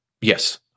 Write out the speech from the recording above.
Yes